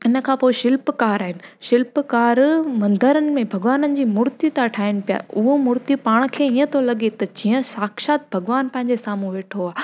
इन खां पोइ शिल्पकार आहिनि शिल्पकार मंदरनि में भॻवाननि जी मूर्तियूं था ठाहिनि पिया उहो मूर्ति पाण खे ईअं थो लॻे त जीअं साक्षात भॻवानु पंहिंजे साम्हूं वेठो आहे